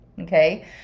okay